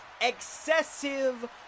Excessive